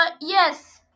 yes